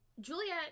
Juliet